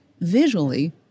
visually